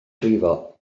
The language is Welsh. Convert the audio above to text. brifo